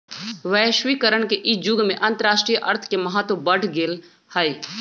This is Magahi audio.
वैश्वीकरण के इ जुग में अंतरराष्ट्रीय अर्थ के महत्व बढ़ गेल हइ